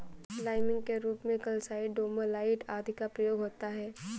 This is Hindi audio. लाइमिंग के रूप में कैल्साइट, डोमालाइट आदि का प्रयोग होता है